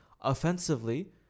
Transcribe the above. offensively